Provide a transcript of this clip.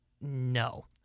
no